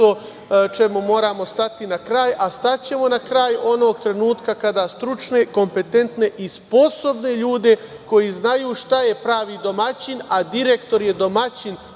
čemu moramo stati na kraj, a staćemo na kraj onog trenutka kada stručne, kompetentne i sposobne ljude koji znaju šta je pravi domaćin, a direktor je domaćin